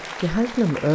gehalten